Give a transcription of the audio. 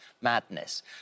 madness